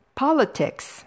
politics